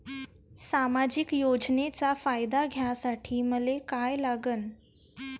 सामाजिक योजनेचा फायदा घ्यासाठी मले काय लागन?